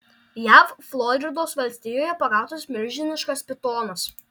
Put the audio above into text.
jav floridos valstijoje pagautas milžiniškas pitonas